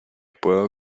puedo